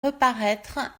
reparaître